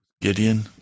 Gideon